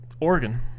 Oregon